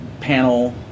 panel